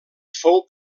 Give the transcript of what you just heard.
fou